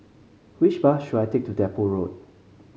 which bus should I take to Depot Road